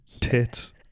tits